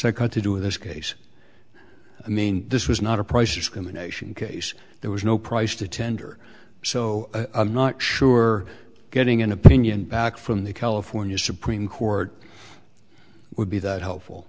got to do in this case i mean this was not a price discrimination case there was no price to tender so i'm not sure getting an opinion back from the california supreme court would be that helpful